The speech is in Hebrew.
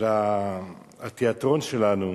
התיאטרון שלנו,